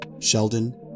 Sheldon